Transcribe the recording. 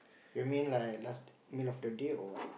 you mean like last meal of the day or what